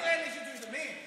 מרגי, מי אלה?